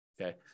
okay